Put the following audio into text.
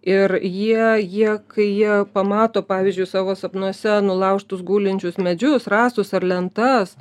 ir jie jie kai jie pamato pavyzdžiui savo sapnuose nulaužtus gulinčius medžius rąstus ar lentas